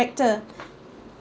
character